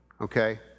okay